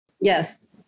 Yes